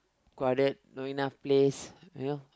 crowded not enough place you know